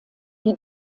die